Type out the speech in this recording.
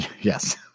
Yes